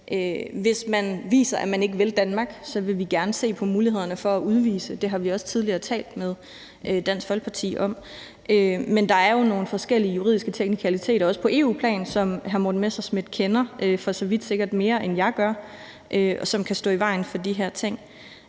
hvis man viser, at man ikke vil Danmark, så vil vi gerne se på mulighederne for at udvise. Det har vi også tidligere talt med Dansk Folkeparti om, men der er jo nogle forskellige juridiske teknikaliteter, også på EU-plan, som hr. Morten Messerschmidt sikkert kender mere til, end jeg gør, og som kan stå i vejen for de her ting.